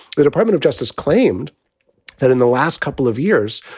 the department of justice claimed that in the last couple of years,